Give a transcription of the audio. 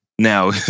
Now